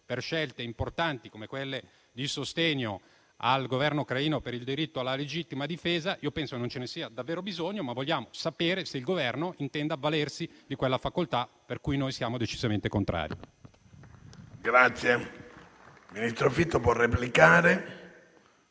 per scelte importanti come quelle di sostegno al Governo ucraino per il diritto alla legittima difesa, penso non ce ne sia davvero bisogno, ma vogliamo sapere se il Governo intenda avvalersi di quella facoltà a cui siamo decisamente contrari.